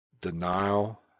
denial